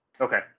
Okay